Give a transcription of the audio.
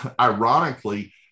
ironically